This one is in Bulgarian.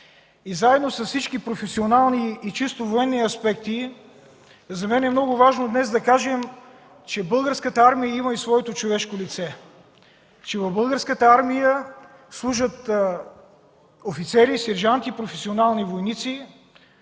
Заедно с всички професионални и чисто военни аспекти, за мен е много важно днес да кажем, че Българската армия има и своето човешко лице, че в Българската армия служат офицери, сержанти и професионални войници,